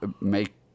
make